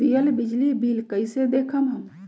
दियल बिजली बिल कइसे देखम हम?